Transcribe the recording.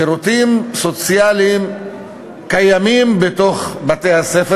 שירותים סוציאליים קיימים בתוך בתי-הספר